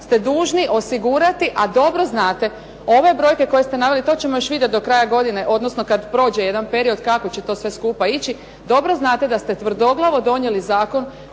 ste dužni osigurati, a dobro znate ove brojke koje ste naveli, to ćemo još vidjeti do kraja godine, odnosno kada prođe jedan period kako će to sve skupa ići. Dobro znate da ste tvrdoglavo donijeli zakon